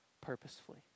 purposefully